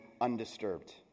undisturbed